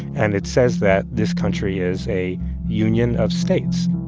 and it says that this country is a union of states.